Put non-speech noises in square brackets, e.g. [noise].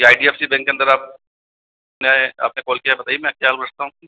आई D F C bank के अंदर आप ने आपने कॉल किया बताइए मैं क्या [unintelligible] सकता हूँ कि